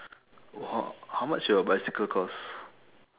how much your bicycle cost